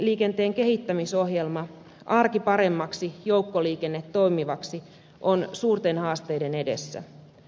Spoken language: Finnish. joukkoliikenteen kehittämisohjelma arki paremmaksi joukkoliikenne toimivaksi on suurten haasteiden edessä